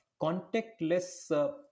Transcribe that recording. contactless